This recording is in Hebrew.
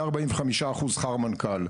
מאה ארבעים וחמישה אחוז שכר מנכ"ל,